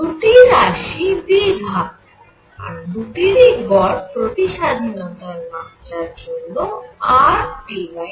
দুটি রাশিই দ্বিঘাত আর দুটিরই গড় প্রতি স্বাধীনতার মাত্রার জন্য RT2